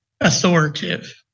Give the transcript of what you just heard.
authoritative